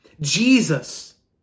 Jesus